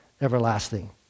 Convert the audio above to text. everlasting